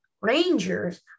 Rangers